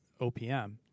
OPM